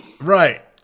Right